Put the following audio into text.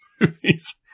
movies